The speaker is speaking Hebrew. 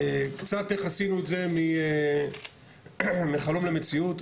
קצת איך עשינו את זה, מחלום למציאות.